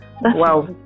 Wow